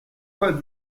pas